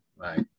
Right